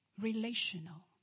relational